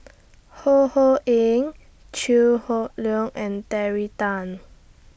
Ho Ho Ying Chew Hock Leong and Terry Tan